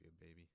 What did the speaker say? baby